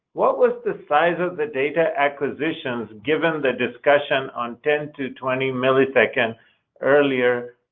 what was the size of the data acquisitions, given the discussion on ten to twenty milliseconds earlier?